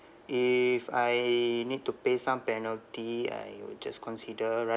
if I need to pay some penalty I would just consider